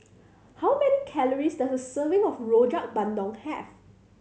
how many calories does a serving of Rojak Bandung have